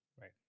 Right